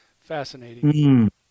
fascinating